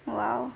!wow!